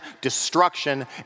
destruction